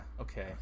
Okay